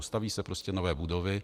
Stavějí se prostě nové budovy.